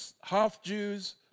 half-Jews